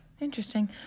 Interesting